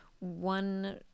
one